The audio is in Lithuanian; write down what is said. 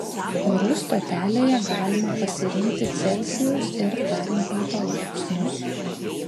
orų stotelėje galima pasirinkti celsijaus ir farenheito laipsnius